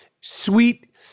sweet